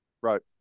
Right